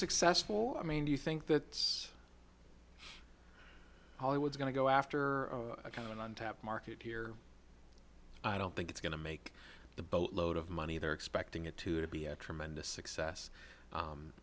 successful i mean do you think that it's hollywood's going to go after a kind of an untapped market here i don't think it's going to make the boatload of money they're expecting it to to be a tremendous success